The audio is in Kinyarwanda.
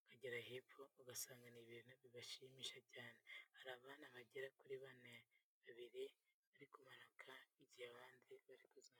bakagera hepfo ugasanga ni ibintu bibashimisha cyane. Hari abana bagera kuri bane, babiri bari kumanuka igihe abandi bari kuzamuka.